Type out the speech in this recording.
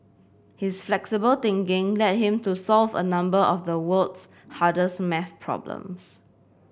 his flexible thinking led him to solve a number of the world's hardest maths problems